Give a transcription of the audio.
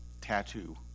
tattoo